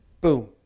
boom